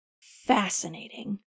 fascinating